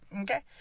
Okay